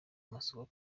amasoko